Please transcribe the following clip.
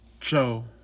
Joe